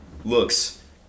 Looks